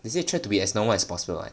is it try to be normal as possible [what]